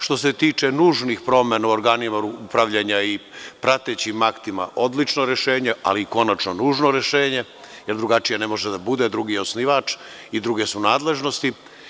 Što se tiče nužnih promena u organima upravljanja i pratećim aktima - odlično rešenje, ali konačno nužno rešenje jer drugačije ne može da bude, drugi je osnivač i druge su nadležnosti.